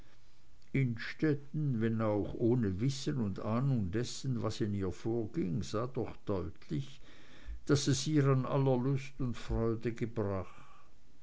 innstetten wenn auch ohne wissen und ahnung dessen was in ihr vorging sah doch deutlich daß es ihr an aller lust und freude gebrach